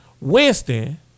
Winston